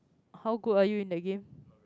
how good are you in the game